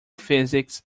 physics